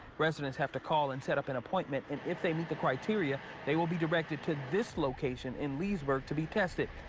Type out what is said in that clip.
residents have to call and set up an appointment and if they meet the criteria. they will be directed to this location in leesburg to be tested.